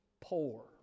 poor